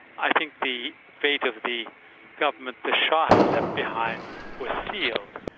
i think the fate of the government the shah had left behind was sealed.